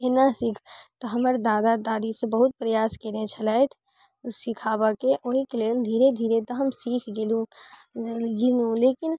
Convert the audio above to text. एना सीख तऽ हमर दादा दादी सब बहुत प्रयास कयने छलथि ओ सीखाबेके ओहिके लेल धीरे धीरे तऽ हम सीख गेलहुँ लेकिन